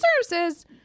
services